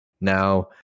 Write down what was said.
Now